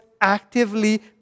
actively